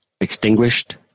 extinguished